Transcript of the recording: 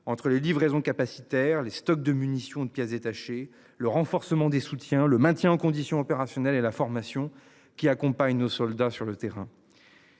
entre les livraisons capacitaire les stocks de munitions de pièces détachées le renforcement des soutiens le maintien en condition opérationnelle et la formation qui accompagne nos soldats sur le terrain.